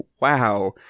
Wow